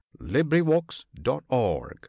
LibriVox.org